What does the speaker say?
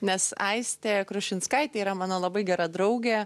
nes aistė krušinskaitė yra mano labai gera draugė